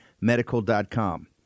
medical.com